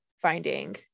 finding